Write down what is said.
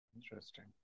Interesting